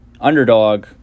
underdog